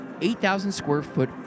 8,000-square-foot